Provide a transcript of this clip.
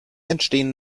entstehen